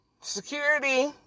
security